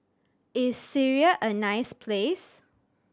is Syria a nice place